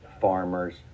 farmers